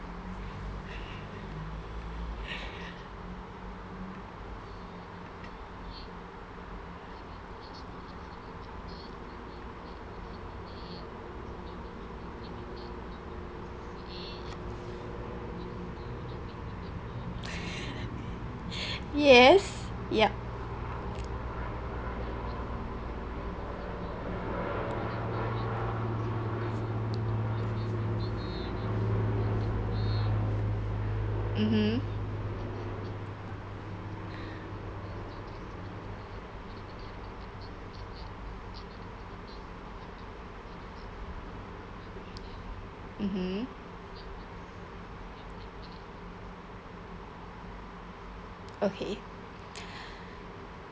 yes yup mmhmm mmhmm okay